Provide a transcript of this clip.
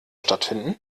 stattfinden